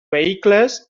vehicles